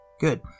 Good